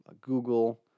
Google